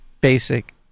basic